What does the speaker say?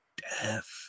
death